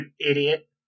idiot